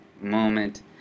moment